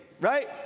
right